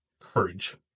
courage